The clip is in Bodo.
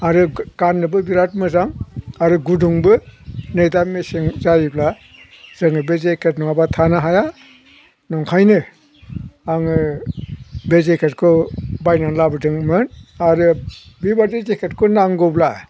आरो गाननोबो बिराद मोजां आरो गुदुंबो नै दा मेसें जायोब्ला जोङो बे जेकेट नङाब्ला थानो हाया नंखायनो आङो बे जेकेटखौ बायनानै लाबोदोंमोन आरो बेबायदि जेकेटखौ नांगौब्ला